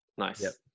Nice